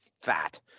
fat